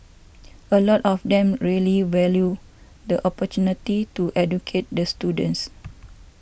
a lot of them really value the opportunity to educate the students